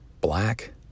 Black